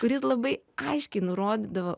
kuris labai aiškiai nurodydavo